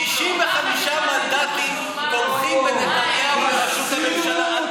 65 מנדטים תומכים בנתניהו לראשות הממשלה.